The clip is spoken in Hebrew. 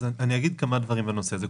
אני אגיד כמה דברים בנושא הזה.